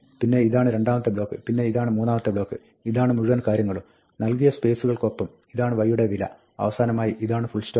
പിന്നെ ഇതാണ് രണ്ടാമത്തെ ബ്ലോക്ക് പിന്നെ ഇതാണ് മൂന്നാമത്തെ ബ്ലോക്ക് ഇതാണ് മുഴുവൻ കാര്യങ്ങളും നൽകിയ സ്പേസുകൾക്കൊപ്പം ഇതാണ് y യുടെ വില അവസാനമായി ഇതാണ് ഫുൾസ്റ്റോപ്പ്